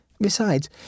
Besides